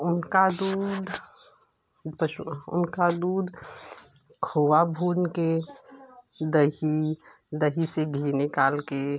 उनका दूध पशु उनका दूध खोया भून कर दही दही से घी निकालकर